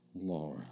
Laura